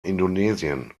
indonesien